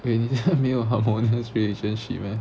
wait 你现在没有 harmonious relationship meh